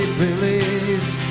believes